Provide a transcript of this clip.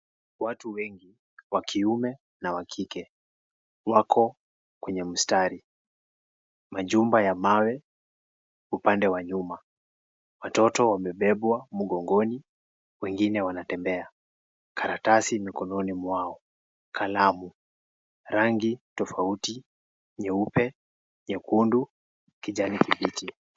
Watu wengi wa kiume na wa kike, wako kwenye mstari. Majumba ya mawe upande wa nyuma. Watoto wamebebwa mgongoni, wengine wanatembea. Karatasi mikononi mwao, kalamu, rangi tofauti, nyeupe, nyekundu, kijani kibichi.